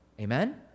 Amen